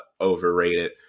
overrated